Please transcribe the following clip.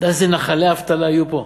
איזה נחלי אבטלה יהיו פה,